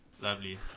lovely